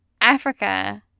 Africa